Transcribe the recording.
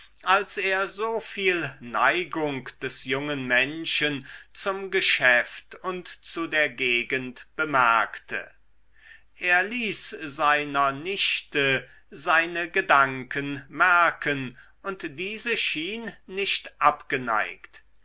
als er soviel neigung des jungen menschen zum geschäft und zu der gegend bemerkte er ließ seiner nichte seine gedanken merken und diese schien nicht abgeneigt